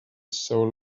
soul